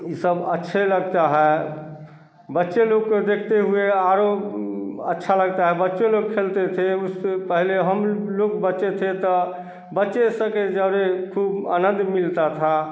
सब अच्छे लगता है बच्चे लोग को देखते हुए आरो अच्छा लगता है बच्चों लोग खेलते थे उस पहले हम लोग बच्चे थे त बच्चे सगे जौरे खूब आनंद मिलता था